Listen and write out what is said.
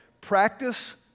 practice